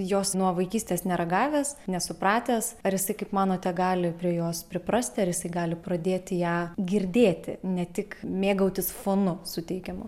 jos nuo vaikystės neragavęs nesupratęs ar jisai kaip manote gali prie jos priprasti ar jisai gali pradėti ją girdėti ne tik mėgautis fonu suteikiamu